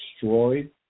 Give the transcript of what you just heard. destroyed